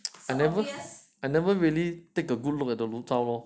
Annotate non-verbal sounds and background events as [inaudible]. [noise] I never I never really take a good look at the 炉灶